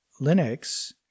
linux